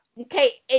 Okay